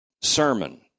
sermon